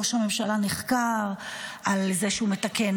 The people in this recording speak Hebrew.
ראש הממשלה נחקר על זה שהוא מתקן,